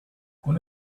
con